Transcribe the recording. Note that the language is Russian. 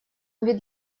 ведь